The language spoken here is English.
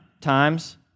times